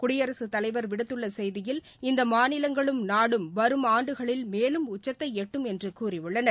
குடியரசுத்தலைவர் விடுத்துள்ள செய்தியில் இந்த மாநிலங்களும் நாடும் வரும் ஆண்டுகளில் மேலும் உச்சத்தை எட்டும் என்று கூறியுள்ளார்